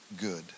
good